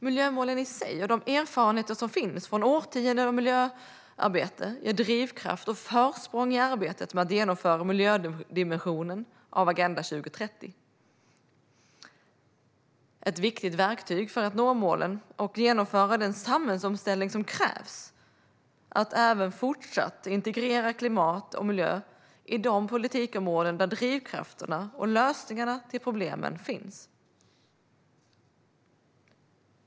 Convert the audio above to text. Miljömålen i sig och de erfarenheter som finns från årtionden av miljöarbete ger drivkraft och försprång i arbetet med att genomföra miljödimensionen av Agenda 2030. Ett viktigt verktyg för att nå målen och genomföra den samhällsomställning som krävs är att även fortsatt integrera klimat och miljö i de politikområden där drivkrafterna och lösningarna på problemen finns.